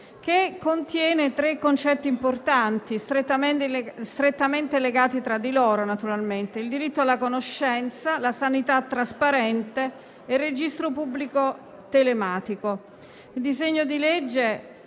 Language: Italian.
che contiene tre concetti importanti, strettamente legati tra loro: il diritto alla conoscenza, la sanità trasparente e il Registro pubblico telematico. Il disegno di legge